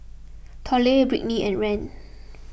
Tollie Brittnie and Rand